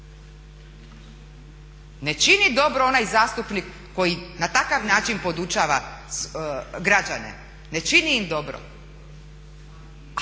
Ne čini dobro onaj zastupnik koji na takav način podučava građane, ne čini im dobro.